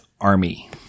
army